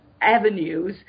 avenues